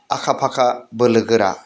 आखा फाखा बोलो गोरा